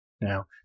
Now